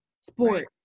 sport